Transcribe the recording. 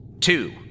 Two